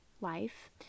life